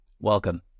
welcome